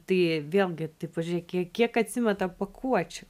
tai vėlgi tai pažiūrėk kiek kiek atsimeta pakuočių